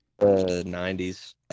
90s